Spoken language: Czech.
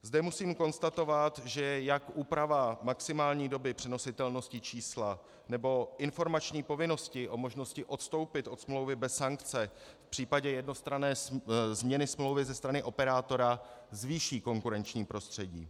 Zde musím konstatovat, že jak úprava maximální doby přenositelnosti čísla nebo informační povinnosti o možnosti odstoupit od smlouvy bez sankce v případě jednostranné změny smlouvy ze strany operátora zvýší konkurenční prostředí.